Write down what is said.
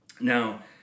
Now